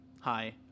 Hi